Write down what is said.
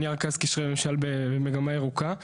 אני רכז קשרי ממשל במגמה ירוקה.